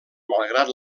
malgrat